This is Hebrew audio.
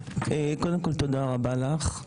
קודם כל תודה רבה לך.